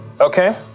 Okay